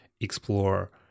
explore